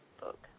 book